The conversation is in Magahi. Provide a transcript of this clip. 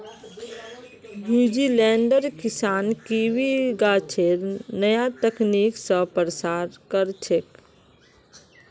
न्यूजीलैंडेर किसान कीवी गाछेर नया तकनीक स प्रसार कर छेक